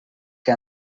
que